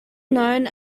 known